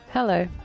Hello